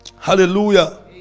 Hallelujah